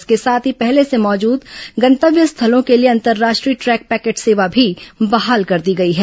इसके साथ ही पहले से ही मौजूद गंतव्य स्थलों के लिए अंतरराष्ट्रीय ट्रेक पैकेट सेवा भी बहाल कर दी गई है